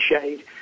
shade